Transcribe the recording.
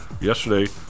Yesterday